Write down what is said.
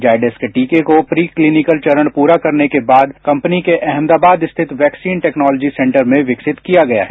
जायडेस के टीके को प्री क्लीनिकल चरण पूरा करने के बाद कंपनी के अहमदाबाद रिथत वैक्सीन टेक्नोलॉजी सेंटर में विकसित किया गया है